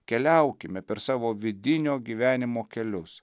keliaukime per savo vidinio gyvenimo kelius